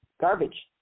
garbage